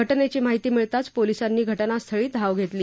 घटनेची माहिती मिळताच पोलिसांनी घटनास्थळी धाव घेतली